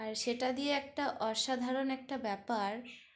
আর সেটা দিয়ে একটা অসাধারণ একটা ব্যাপার